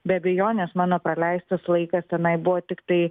be abejonės mano praleistas laikas tenai buvo tiktai